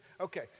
okay